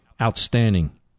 outstanding